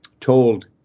told